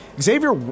Xavier